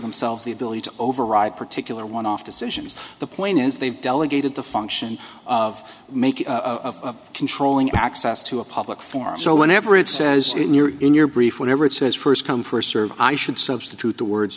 themselves the ability to override particular one off decisions the point is they've delegated the function of making of controlling access to a public forum so whenever it says in your brief whatever it says first come first serve i should substitute the words